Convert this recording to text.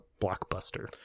Blockbuster